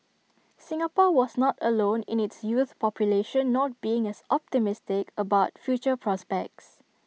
Singapore was not alone in its youth population not being as optimistic about future prospects